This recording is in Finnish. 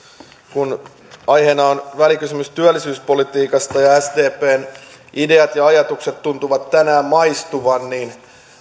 kun aiheena on välikysymys työllisyyspolitiikasta ja sdpn ideat ja ajatukset tuntuvat tänään maistuvan niin